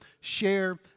share